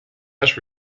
must